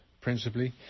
principally